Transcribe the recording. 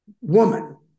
woman